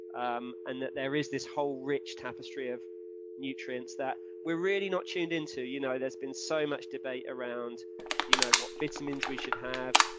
um and that there is this whole rich tapestry of nutrients that we're really not tuned in to. you know there's been so much debate around you know what vitamins we should have,